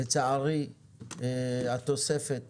לצערי התוספת